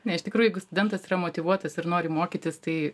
ne iš tikrųjų jeigu studentas yra motyvuotas ir nori mokytis tai